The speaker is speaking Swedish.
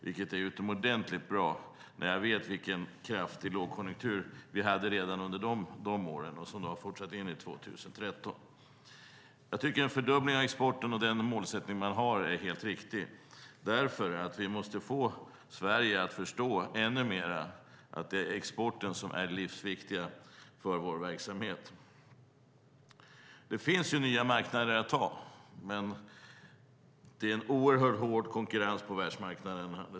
Det är utomordentligt bra när jag vet vilken kraftig lågkonjunktur vi hade redan under de åren och som fortsatte in i 2013. Målet om att fördubbla exporten är helt riktigt. Vi måste få Sverige att förstå att exporten är livsviktig för vår verksamhet. Det finns nya marknader att ta, men vi ska ha klart för oss att det råder en oerhört hård konkurrens på världsmarknaden.